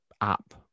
app